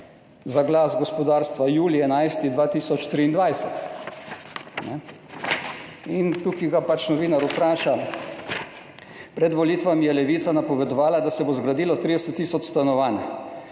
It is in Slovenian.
za Glas gospodarstva, 11. julij 2023, tukaj ga pač novinar vpraša: »Pred volitvami je Levica napovedovala, da se bo zgradilo 30 tisoč stanovanj,